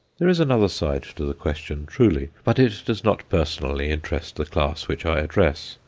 there is another side to the question, truly, but it does not personally interest the class which i address.